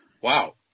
wow